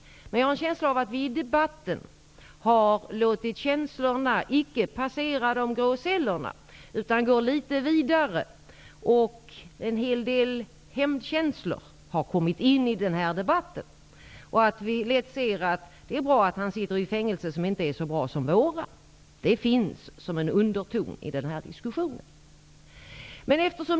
Men jag har en känsla av att vi i debatten icke har låtit känslorna passera de grå cellerna, utan vi går litet vidare. En hel del hämndkänslor har kommit in i den här debatten. Det är lätt att tycka att det är bra att han sitter i ett fängelse som inte är så bra som våra. Detta finns som en underton i den här diskussionen.